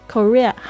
Korea